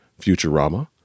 Futurama